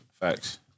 Facts